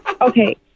Okay